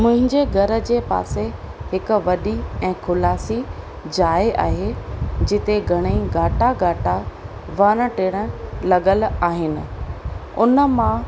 मुंहिंजे घर जे पासे हिकु वॾी ऐं खुलासी जाए आहे जिते घणेई घाटा घाटा वण टिण लॻियल आहिनि हुन मां